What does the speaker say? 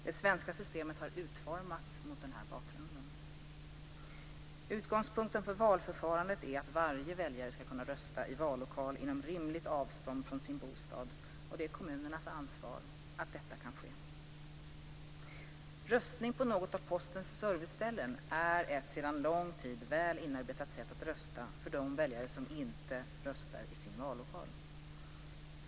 Det svenska systemet har utformats mot denna bakgrund. Utgångspunkten för valförfarandet är att varje väljare ska kunna rösta i vallokal inom rimligt avstånd från sin bostad. Det är kommunernas ansvar att detta kan ske. Röstning på något av Postens serviceställen är ett sedan lång tid väl inarbetat sätt att rösta för de väljare som inte röstar i sin vallokal.